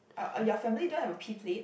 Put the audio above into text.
uh your family don't have a P plate